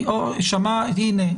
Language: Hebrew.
הנה,